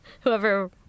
whoever